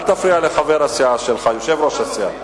אל תפריע לחבר הסיעה שלך, יושב-ראש הסיעה.